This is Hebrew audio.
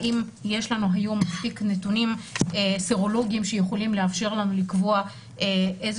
האם יש לנו היום מספיק נתונים סרולוגיים שיכולים לאפשר לנו לקבוע איזה